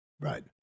Right